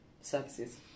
services